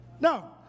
No